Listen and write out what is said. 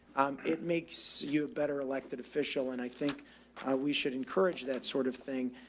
um, it makes you a better elected official and i think we should encourage that sort of thing.